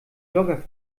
jogger